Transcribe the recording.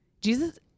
Jesus